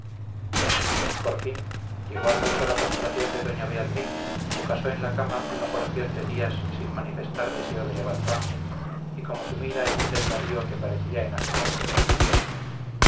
por fin llegó a tanto la postración de doña beatriz que pasó en la cama una porción de días sin manifestar deseo de levantarse y como sumida en un desvarío que parecía enajenar su razón